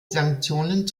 sanktionen